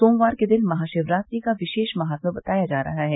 सोमवार के दिन महाशिवरात्रि का विशेष महात्म बताया जा रहा है